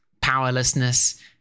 powerlessness